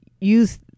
use